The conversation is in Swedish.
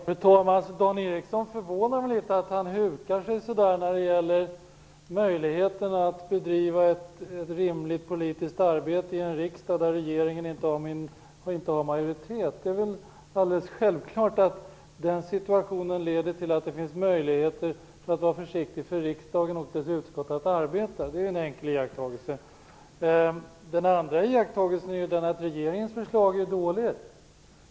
Fru talman! Dan Ericsson förvånar mig litet när han hukar beträffande möjligheterna att bedriva ett rimligt politiskt arbete i en riksdag där regeringen inte har majoritet. Det är väl alldeles självklart att den situationen leder till, försiktigt sagt, möjligheter för riksdagen att arbeta. Det är en enkel iakttagelse. Den andra iakttagelsen är den att regeringens förslag är dåligt.